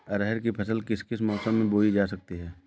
अरहर की फसल किस किस मौसम में बोई जा सकती है?